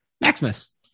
Maximus